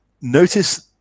notice